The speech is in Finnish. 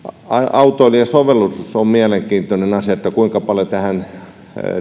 autoilija sovellutus on mielenkiintoinen asia että kuinka paljon tähän